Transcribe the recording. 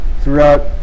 throughout